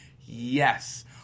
yes